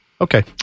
Okay